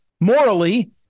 morally